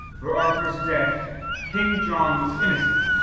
for arthur's death king john was innocent,